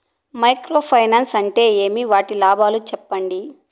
Micro finance అంటే ఏమి? వాటి లాభాలు సెప్పండి?